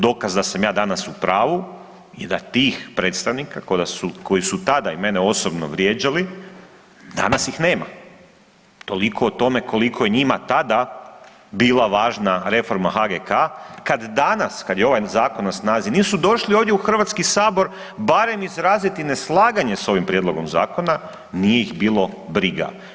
Dokaz da sam ja danas u pravu je da tih predstavnika koji su tada i mene osobno vrijeđali danas ih nema, toliko o tome koliko je njima tada bila važna reforma HGK kad danas kad je ovaj zakon na snazi nisu došli ovdje u HS barem izraziti neslaganje s ovim prijedlogom zakona, nije ih bilo briga.